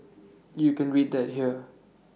you can read that here